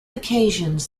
occasions